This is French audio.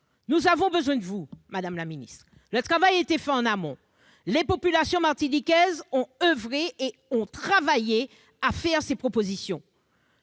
Nous avons besoin de vous, madame la ministre. Le travail a été mené en amont et les populations martiniquaises ont oeuvré en faveur de ces propositions.